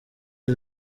uru